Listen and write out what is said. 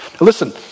Listen